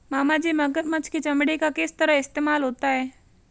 मामाजी मगरमच्छ के चमड़े का किस तरह इस्तेमाल होता है?